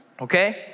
okay